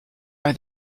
are